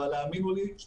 אבל האמינו לי,